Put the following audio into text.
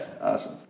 Awesome